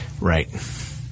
right